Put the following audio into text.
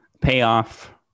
payoff